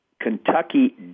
Kentucky